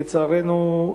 לצערנו,